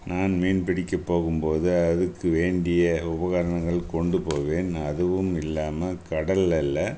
நான் மீன் பிடிக்க போகும் போது அதுக்கு வேண்டிய உபகரணங்கள் கொண்டு போவேன் அதுவும் இல்லாமல் கடலில் இல்லை